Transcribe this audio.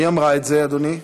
מי אמרה את זה, אדוני?